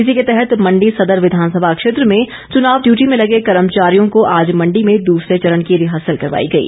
इसी के तहत मण्डी संदर विधानसभा क्षेत्र में चुनाव डियूटी में लगे कर्मचारियों को आज मण्डी में दूसरे चरण की रिहर्सल करवाई गई